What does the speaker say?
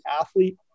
athlete